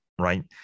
right